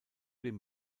dem